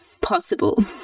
possible